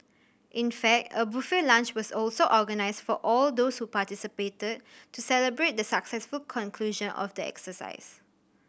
in fact a buffet lunch was also organised for all those who participated to celebrate the successful conclusion of the exercise